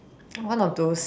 one of those